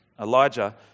Elijah